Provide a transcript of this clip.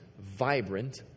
vibrant